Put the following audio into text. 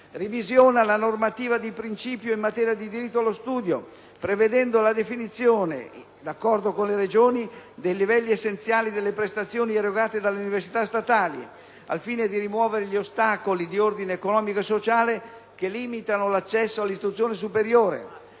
Revisiona la normativa di principio in materia di diritto allo studio, prevedendo la definizione, d'accordo con le Regioni, dei livelli essenziali delle prestazioni erogate dalle università statali, al fine di rimuovere gli ostacoli di ordine economico e sociale che limitano l'accesso all'istruzione superiore.